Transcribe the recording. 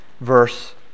Verse